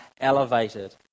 elevated